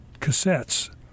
cassettes